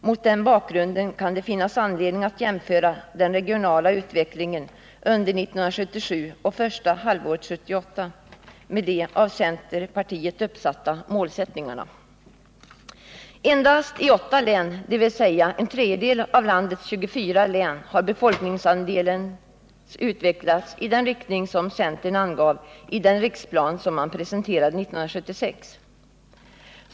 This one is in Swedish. Mot den bakgrunden kan det finnas anledning att jämföra den regionala utvecklingen under 1977 och första halvåret 1978 med de av centerpartiet uppsatta målen. Endast i åtta län, dvs. en tredjedel av landets 24 län, har befolkningsandelen utvecklats i den riktning som centern angav i den riksplan som man presenterade 1976.